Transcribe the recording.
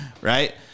right